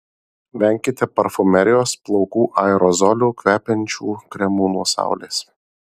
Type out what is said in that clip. venkite parfumerijos plaukų aerozolių kvepiančių kremų nuo saulės